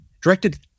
directed